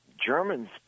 Germans